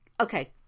Okay